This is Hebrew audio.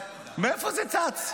מאיפה זה צץ.